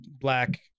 black